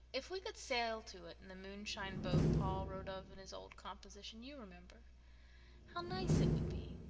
if we could sail to it in the moonshine boat paul wrote of in his old composition you remember how nice it would be,